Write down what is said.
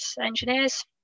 engineers